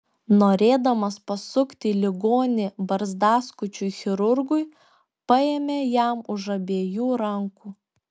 norėdamas pasukti ligonį barzdaskučiui chirurgui paėmė jam už abiejų rankų